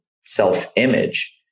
self-image